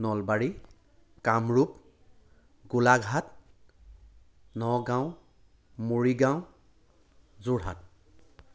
Nalbari Kamrup Golaghat Nagaon Morigaon Jorhat